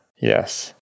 Yes